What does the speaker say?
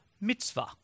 mitzvah